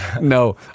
No